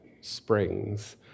springs